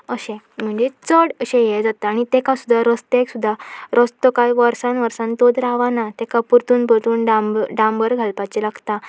अशें म्हणजे चड अशें हें जाता आनी ताका सुद्दा रस्त्याक सुद्दा रस्तो कांय वर्सान वर्सान तोच रावना ताका परतून परतून डामब डांबर घालपाचें लागता